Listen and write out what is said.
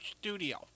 studio